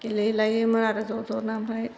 गेलेलायोमोन आरो ज' ज'नो ओमफ्राय